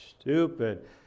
stupid